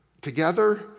together